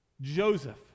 Joseph